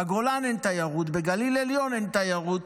בגולן אין תיירות, בגליל העליון אין תיירות,